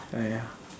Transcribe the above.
ah ya